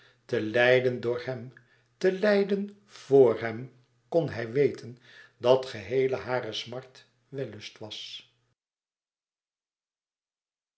te lijden door hem te lijden voor hem kon hij weten dat geheel hare smart wellust was